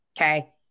Okay